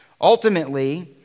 ultimately